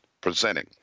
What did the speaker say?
presenting